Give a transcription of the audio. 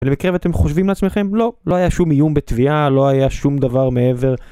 ולמקרה ואתם חושבים לעצמכם לא, לא היה שום איום בתביעה, לא היה שום דבר מעבר